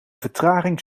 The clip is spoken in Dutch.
vertraging